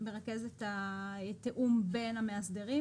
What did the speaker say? מרכזת את התיאום בין המאסדרים